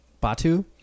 Batu